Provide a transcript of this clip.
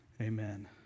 Amen